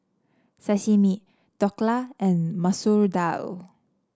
Sashimi Dhokla and Masoor Dal